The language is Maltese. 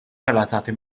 relatati